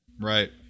Right